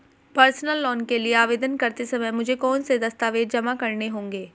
Personal loan के लिए आवेदन करते समय मुझे कौन से दस्तावेज़ जमा करने होंगे?